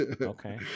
Okay